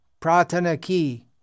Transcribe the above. pratanaki